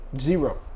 Zero